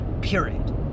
period